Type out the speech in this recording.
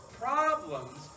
problems